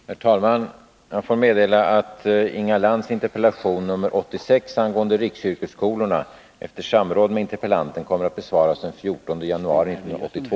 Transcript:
Herr talman! Efter samråd med interpellanten får jag meddela att Inga Lantz interpellation nr 86 angående riksyrkesskolorna kommer att besvaras den 14 januari 1982.